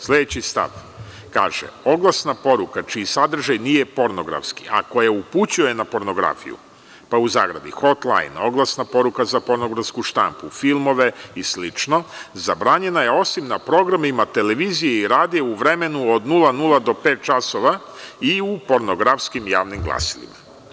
Sledeći stav kaže – oglasna poruka čiji sadržaj nije pornografski, a koji upućuje na pornografiju pa u zagradi hot lajn, oglasna poruka za pornografsku štampu, filmove i slično, zabranjena je osim na programima televizije i radia u vremenu od 00,00 do 05,00 časova i pornografskim javnim glasilima.